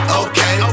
okay